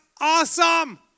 awesome